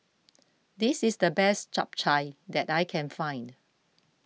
this is the best Chap Chai that I can find